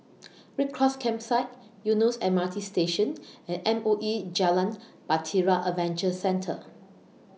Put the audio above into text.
Red Cross Campsite Eunos M R T Station and M O E Jalan Bahtera Adventure Centre